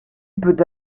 peut